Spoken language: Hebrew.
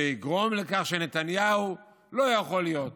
שיגרום לכך שנתניהו לא יוכל להיות,